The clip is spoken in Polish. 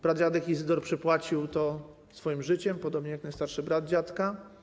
Pradziadek Izydor przypłacił to swoim życiem, podobnie jak najstarszy brat dziadka.